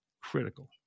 critical